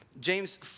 James